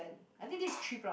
I think this is three plus